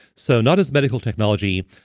so not as medical technology,